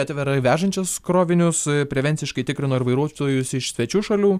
atvirai vežančias krovinius prevenciškai tikrino ir vairuotojus iš svečių šalių